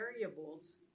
variables